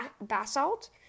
basalt